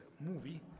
movie